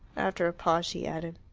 after a pause she added,